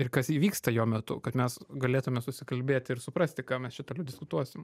ir kas įvyksta jo metu kad mes galėtume susikalbėti ir suprasti ką mes čia toliau diskutuosim